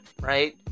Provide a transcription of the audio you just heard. right